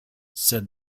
said